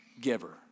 giver